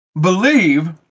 believe